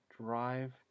Drive